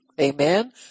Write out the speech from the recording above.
Amen